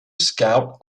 scout